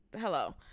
hello